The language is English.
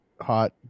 hot